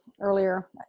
earlier